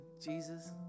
Jesus